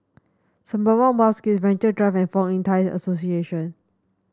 Sembawang Wharves Gate Venture Drive and Fong Yun Thai Association